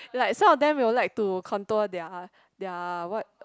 like some of them they will like to contour their their what